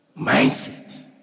Mindset